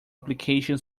application